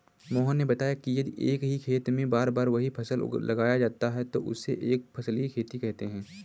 मोहन ने बताया कि यदि एक ही खेत में बार बार वही फसल लगाया जाता है तो उसे एक फसलीय खेती कहते हैं